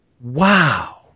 Wow